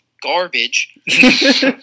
garbage